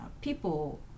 people